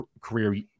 career